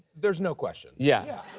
there's no question. yeah.